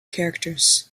characters